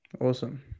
awesome